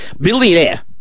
billionaire